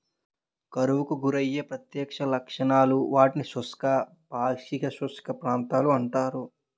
కరువుకు గురయ్యే ప్రత్యక్ష లక్షణాలు, వాటిని శుష్క, పాక్షిక శుష్క ప్రాంతాలు అంటారు